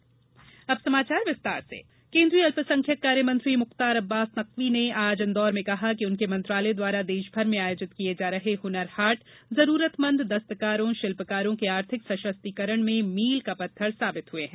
हुनर हाट केंद्रीय अल्पसंख्यक कार्य मंत्री मुख्तार अब्बास नकवी ने आज इंदौर में कहा है कि उनके मंत्रालय द्वारा देश भर में आयोजित किये जा रहे हुनर हाट जरूरतमंद दस्तकारों शिल्पकारों के आर्थिक सशक्तिकरण में मील का पत्थर साबित हुए हैं